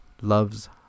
loves